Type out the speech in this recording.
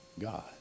God